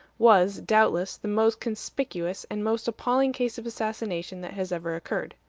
was, doubtless, the most conspicuous and most appalling case of assassination that has ever occurred.